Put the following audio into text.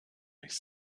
mich